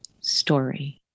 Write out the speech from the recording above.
story